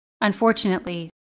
Unfortunately